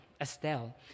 Estelle